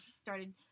started